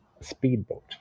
speedboat